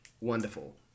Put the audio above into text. Wonderful